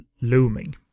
looming